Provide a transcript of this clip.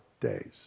days